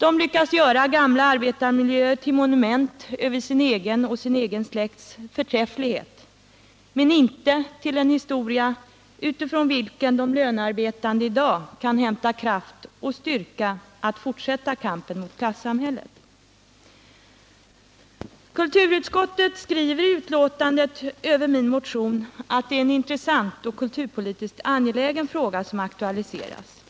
Man lyckas göra gamla arbetarmiljöer till monument över sin egen och sin egen släkts förträfflighet, men inte till en historia utifrån vilken de lönearbetande i dag kan hämta kraft och styrka att fortsätta kampen mot klassamhället. Kulturutskottet skriver i sitt betänkande med anledning av min motion att det är en intressant och kulturpolitiskt angelägen fråga som aktualiseras,